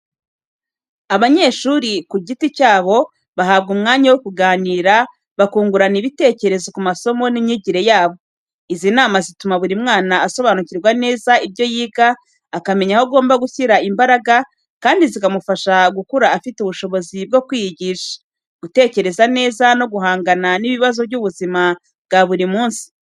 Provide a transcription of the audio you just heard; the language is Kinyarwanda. Abanyeshuri ku giti cyabo bahabwa umwanya wo kuganira, bakungurana ibitekerezo ku masomo n’imyigire yabo. Izi nama zituma buri mwana asobanukirwa neza ibyo yiga, akamenya aho agomba gushyira imbaraga kandi zikamufasha gukura afite ubushobozi bwo kwiyigisha, gutekereza neza no guhangana n’ibibazo by’ubuzima bwa buri munsi.